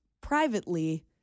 privately